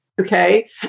okay